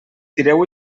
tireu